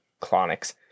clonics